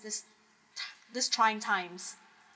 this this trying times